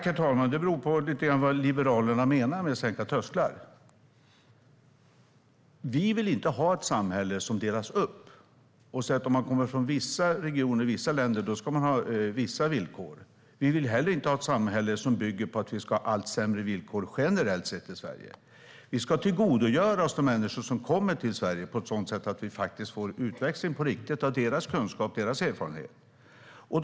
Herr talman! Det beror lite grann på vad Liberalerna menar med sänkta trösklar. Vi vill inte ha ett samhälle som delas upp genom att vi säger att om du kommer från en viss region och ett visst land ska du ha särskilda villkor. Vi vill inte heller ha ett samhälle som bygger på att vi generellt ska ha allt sämre villkor. Vi ska tillgodogöra oss de människor som kommer till Sverige på ett sådant sätt att vi får verklig utväxling av deras kunskap och erfarenheter.